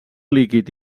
líquid